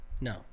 No